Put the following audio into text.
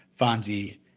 Fonzie